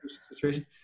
situation